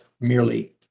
merely